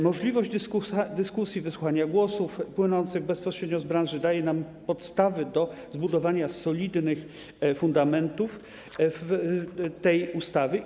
Możliwość dyskusji, wysłuchania głosów płynących bezpośrednio z branży daje nam podstawy do zbudowania solidnych fundamentów tej ustawy.